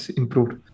improved